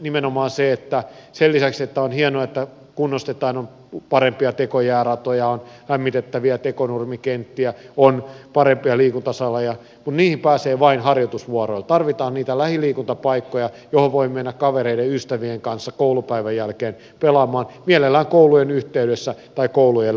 nimenomaan sen lisäksi että on hienoa että kunnostetaan on parempia tekojääratoja on lämmitettäviä tekonurmikenttiä on parempia liikuntasaleja mutta niihin pääsee vain harjoitusvuoroilla tarvitaan niitä lähiliikuntapaikkoja joihin voi mennä kavereiden ystävien kanssa koulupäivän jälkeen pelaamaan mielellään koulujen yhteydessä tai koulujen lähellä